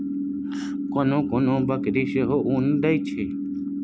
कोनो कोनो बकरी सेहो उन दैत छै